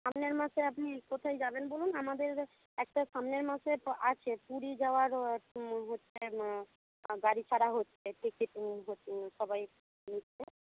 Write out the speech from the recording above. সামনের মাসে আপনি কোথায় যাবেন বলুন আমাদের একটা সামনের মাসে আছে পুরী যাওয়ার হচ্ছে গাড়ি ছাড়া হচ্ছে টিকিট সবাই নিচ্ছে